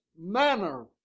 manner